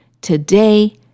today